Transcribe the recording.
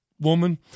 woman